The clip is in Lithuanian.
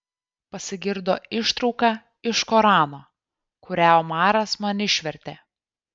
pasigirdo ištrauka iš korano kurią omaras man išvertė